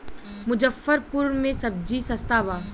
मुजफ्फरपुर में सबजी सस्ता बा